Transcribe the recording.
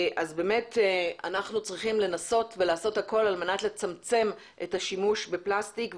אנחנו צריכים לנסות לעשות הכול על מנת לצמצם את השימוש בפלסטיק,